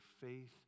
faith